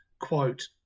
quote